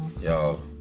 Yo